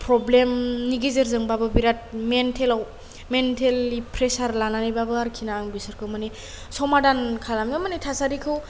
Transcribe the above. प्रब्लेमनि गेजेरजोंबाबो बिराद मेन्टेलाव मेन्टेलि प्रेसार लानानैबाबो आरोखिना आं बिसोरखौ माने समादान खालामनो माने थासारिखौ